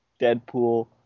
Deadpool